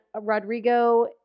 Rodrigo